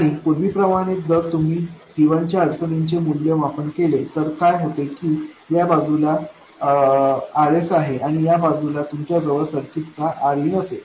आणि पूर्वीप्रमाणेच जर तुम्ही C1 च्या अडचणींचे मूल्यमापन केले तर काय होते की या बाजूला Rs आहे आणि या बाजूला तुमच्याजवळ सर्किट चा Rin असेल